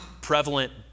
prevalent